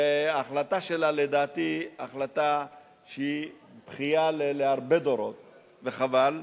וההחלטה שלה, לדעתי, היא בכייה להרבה דורות וחבל.